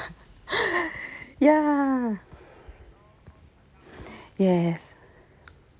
yes